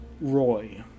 Roy